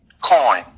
coin